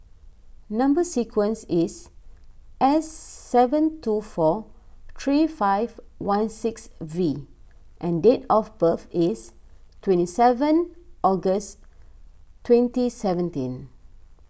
Number Sequence is S seven two four three five one six V and date of birth is twenty seven August twenty seventeen